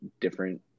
different